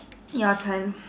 your turn